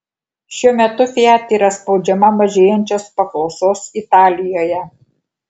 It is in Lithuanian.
šiuo metu fiat yra spaudžiama mažėjančios paklausos italijoje